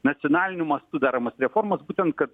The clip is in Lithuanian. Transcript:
nacionaliniu mastu daromos reformos būtent kad